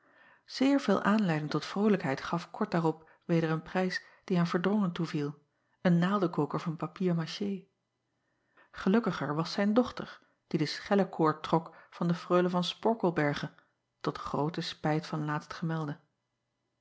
eer veel aanleiding tot vrolijkheid gaf kort daarop weder een prijs die aan erdrongen toeviel een naaldekoker van papier mâché elukkiger was zijn dochter die de schellekoord trok van de reule van porkelberghe tot grooten spijt van